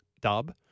dub